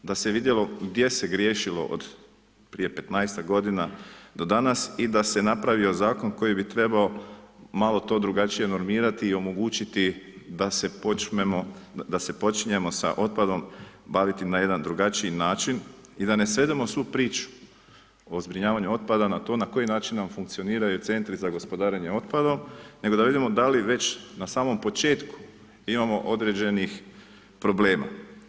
Da se vidjelo gdje se griješilo od prije 15-tak godina do danas i da se napravio Zakon koji bi trebao malo to drugačije normirati i omogućiti da se počmeno, da se počinjemo sa otpadom baviti na jedan drugačiji način i da ne svedemo svu priču o zbrinjavaju otpada na to na koji način nam funkcioniraju Centri za gospodarenju otpadom, nego da vidimo da li već na samom početku imamo određenih problema.